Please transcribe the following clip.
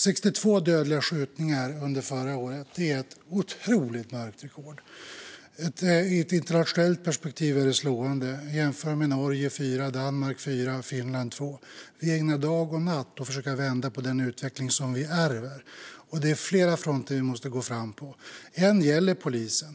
62 dödliga skjutningar under förra året är ett otroligt mörkt rekord. I ett internationellt perspektiv är det slående. Vi kan jämföra med Norge och Danmark som vardera hade fyra och med Finland som hade två. Vi ägnar dag och natt åt att försöka vända den utveckling som vi ärvt, och vi måste gå fram på flera fronter. En av dem är polisen.